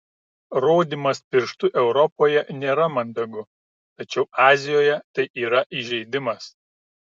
rodymas pirštu europoje nėra mandagu tačiau azijoje tai yra įžeidimas